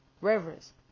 reverence